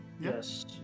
yes